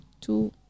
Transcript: two